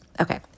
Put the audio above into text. Okay